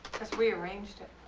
because we arranged it.